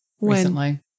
Recently